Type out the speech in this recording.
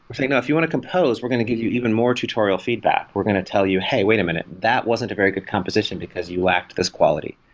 we're saying, if you want to compose, we're going to give you even more tutorial feedback. we're going to tell you, hey, wait a minute. that wasn't a very good composition, because you lacked this quality.